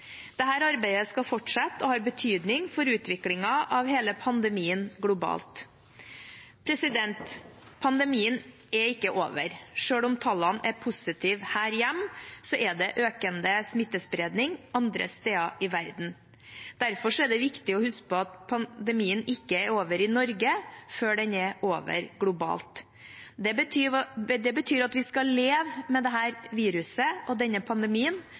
arbeidet skal fortsette og har betydning for utviklingen av hele pandemien globalt. Pandemien er ikke over. Selv om tallene er positive her hjemme, er det økende smittespredning andre steder i verden. Derfor er det viktig å huske på at pandemien ikke er over i Norge før den er over globalt. Det betyr at vi skal leve med dette viruset og denne pandemien